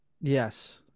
Yes